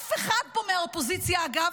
אף אחד פה מהאופוזיציה, אגב,